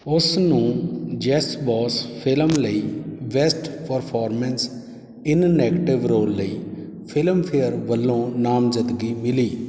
ਉਸ ਨੂੰ yes boss film ਲਈ best performance in negative role ਲਈ ਫਿਲਮਫੇਅਰ ਵੱਲੋਂ ਨਾਮਜ਼ਦਗੀ ਮਿਲੀ